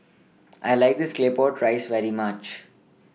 I like This Claypot Rice very much